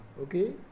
okay